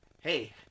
hey